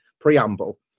preamble